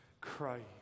Christ